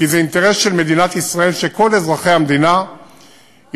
כי זה אינטרס של מדינת ישראל שכל אזרחי המדינה יתחברו,